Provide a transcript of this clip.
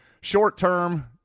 Short-term